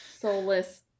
soulless